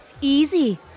Easy